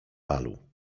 balu